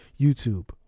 YouTube